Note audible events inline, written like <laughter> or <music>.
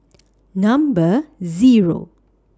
<noise> Number Zero